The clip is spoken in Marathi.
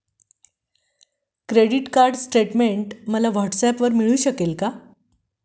क्रेडिट कार्ड स्टेटमेंट मला व्हॉट्सऍपवर मिळू शकेल का?